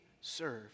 served